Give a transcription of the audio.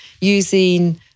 using